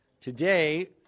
Today